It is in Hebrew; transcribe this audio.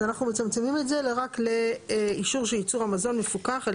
אז אנחנו מצמצמים את זה רק לאישור שייצור המזון מפוקח על